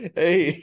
hey